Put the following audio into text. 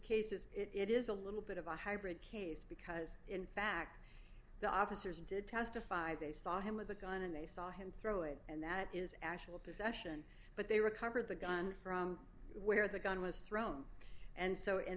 case is it is a little bit of a hybrid case because in fact the opposition did testify they saw him with a gun and they saw him throw it and that is actual possession but they recovered the gun from where the gun was thrown and so in